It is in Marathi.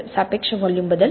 सापेक्ष व्हॉल्यूम बदल